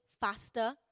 faster